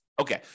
Okay